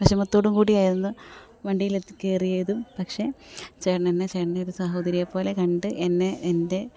വിഷമത്തോടും കൂടിയായിരുന്നു വണ്ടിയിലെത്തി കയറിയതും പക്ഷേ ചേട്ടൻ എന്നെ ചേട്ടൻ്റെ ഒരു സഹോദരിയെ പോലെ കണ്ട് എന്നെ എൻ്റെ